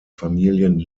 familien